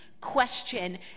question